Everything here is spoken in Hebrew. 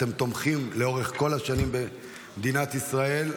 אתם תומכים לאורך כל השנים במדינת ישראל,